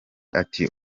ati